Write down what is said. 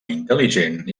intel·ligent